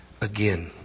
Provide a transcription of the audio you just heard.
again